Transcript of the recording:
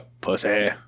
pussy